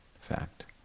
fact